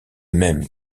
même